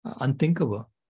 unthinkable